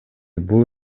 бул